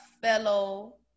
fellow